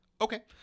Okay